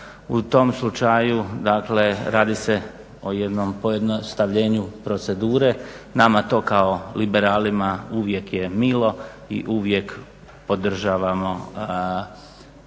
U tom slučaju, dakle radi se o jednom pojednostavljenju procedure. Nama to kao liberalima uvijek je milo i uvijek podržavamo skraćivanje